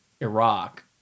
Iraq